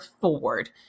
forward